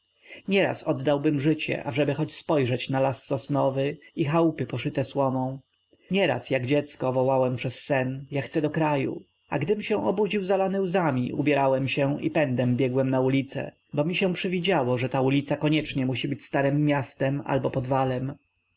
nieraz oddałbym życie ażeby choć spojrzeć na las sosnowy i chałupy poszyte słomą nieraz jak dziecko wołałem przez sen ja chcę do kraju a gdym się obudził zalany łzami ubierałem się i pędem biegłem na ulicę bo mi się przywidziało że ta ulica koniecznie musi być starem miastem albo podwalem